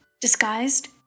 disguised